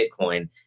Bitcoin